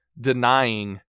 denying